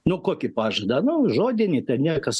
nu kokį pažadą nu žodinį tai niekas